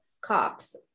cops